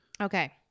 Okay